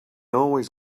always